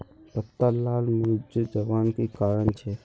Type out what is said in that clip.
पत्ता लार मुरझे जवार की कारण छे?